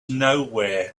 nowhere